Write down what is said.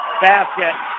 basket